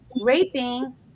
raping